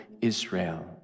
Israel